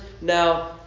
Now